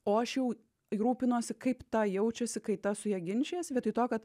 o aš jau rūpinosi kaip ta jaučiuosi kai tas su ja ginčijasi vietoj to kad